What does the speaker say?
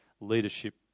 Leadership